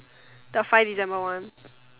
the five December one